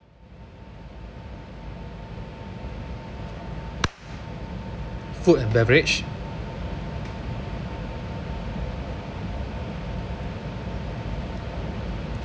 food and beverage